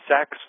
sex